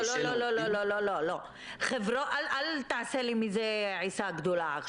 אל תעשה לי עיסה גדולה.